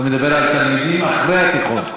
אתה מדבר על תלמידים אחרי התיכון.